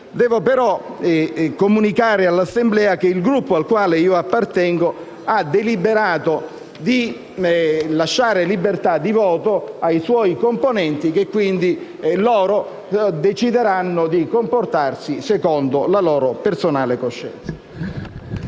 devo comunicare all'Assemblea, che il Gruppo al quale appartengo ha deliberato di lasciare libertà di voto ai suoi componenti, che quindi decideranno di comportarsi secondo la loro personale coscienza.